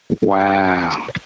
Wow